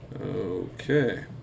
Okay